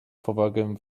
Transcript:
powagę